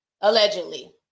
allegedly